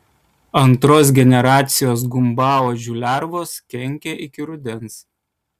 antros generacijos gumbauodžių lervos kenkia iki rudens